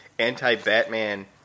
anti-Batman